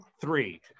three